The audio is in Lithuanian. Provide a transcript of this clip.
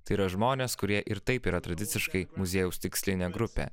tai yra žmonės kurie ir taip yra tradiciškai muziejaus tikslinė grupė